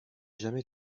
jamais